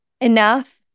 enough